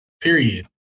period